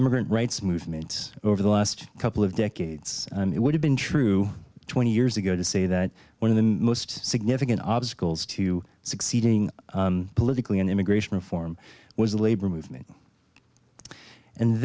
immigrant rights movement over the last couple of decades it would have been true twenty years ago to say that one of the most significant obstacles to succeeding politically in immigration reform was the labor movement and